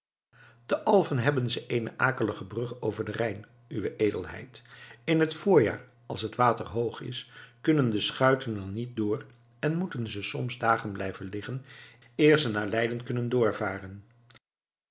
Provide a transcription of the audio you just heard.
te alfen hebben ze eene akelige brug over den rijn uwe edelheid in het voorjaar als het water hoog is kunnen de schuiten er niet door en moeten ze soms dagen blijven liggen eer ze naar leiden kunnen doorvaren